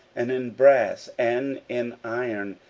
and in brass, and in iron,